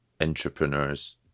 entrepreneurs